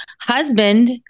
husband